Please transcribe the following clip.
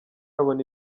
babona